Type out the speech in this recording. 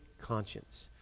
conscience